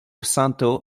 santo